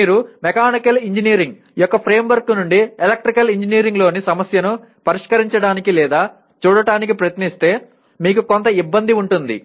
మీరు mechanical engineering యొక్క framework నుండి ఎలక్ట్రికల్ ఇంజనీరింగ్లోని సమస్యను పరిష్కరించడానికి లేదా చూడటానికి ప్రయత్నిస్తే మీకు కొంత ఇబ్బంది ఉంటుంది